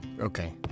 Okay